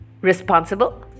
responsible